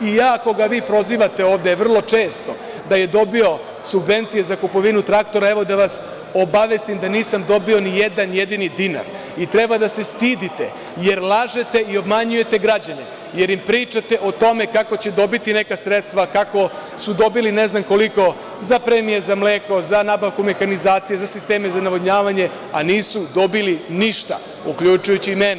I ja koga vi prozivate ovde vrlo često da je dobio subvencije za kupovinu traktora, evo da vas obavestim da nisam dobio ni jedan jedini dinar i treba da se stidite jer lažete i obmanjujete građane jer im pričate o tome kako će dobiti neka sredstva, kako su dobili ne znam koliko za premije za mleko, za nabavku mehanizacije, za sisteme za navodnjavanje, a nisu dobili ništa, uključujući i mene.